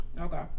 Okay